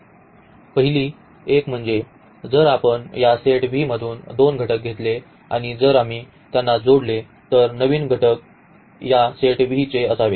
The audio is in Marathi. पहिली एक म्हणजे जर आपण या सेट V मधून दोन घटक घेतले आणि जर आम्ही त्यांना जोडले तर नवीन घटकही या सेट V चे असावेत